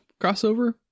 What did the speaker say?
crossover